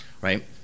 Right